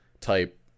type